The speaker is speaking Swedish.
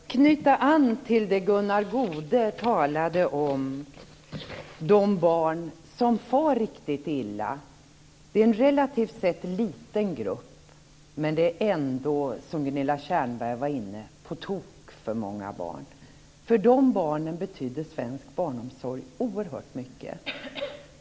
Fru talman! Jag vill knyta an till det Gunnar Goude talade om, de barn som far riktigt illa. Det är en relativt sett liten grupp, men det är ändå, som Gunilla Tjernberg var inne på, på tok för många barn. För de barnen betyder svensk barnomsorg oerhört mycket.